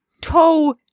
toe